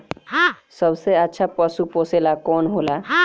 सबसे अच्छा पशु पोसेला कौन होला?